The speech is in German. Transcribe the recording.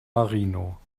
marino